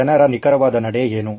ಜನರ ನಿಖರವಾದ ನಡೆ ಏನು